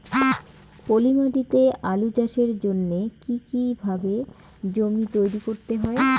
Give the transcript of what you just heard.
পলি মাটি তে আলু চাষের জন্যে কি কিভাবে জমি তৈরি করতে হয়?